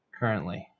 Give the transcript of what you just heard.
currently